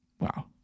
Wow